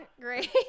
great